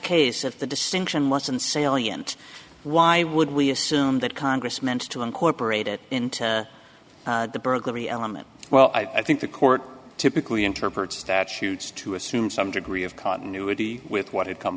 case if the distinction wasn't salient why would we assume that congress meant to incorporate it into the burglary element well i think the court typically interpret statutes to assume some degree of continuity with what had come